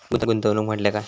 गुंतवणूक म्हटल्या काय?